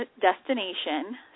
destination